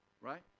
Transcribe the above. Right